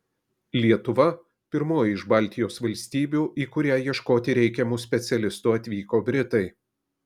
lietuva pirmoji iš baltijos valstybių į kurią ieškoti reikiamų specialistų atvyko britai